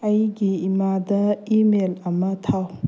ꯑꯩꯒꯤ ꯏꯃꯥꯗ ꯏꯃꯦꯜ ꯑꯃ ꯊꯥꯎ